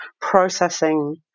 processing